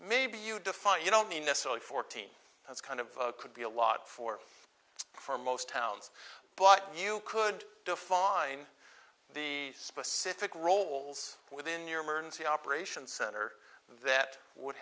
maybe you define you don't mean necessarily fourteen that's kind of could be a lot for for most towns but you could define the specific roles within your emergency operations center that would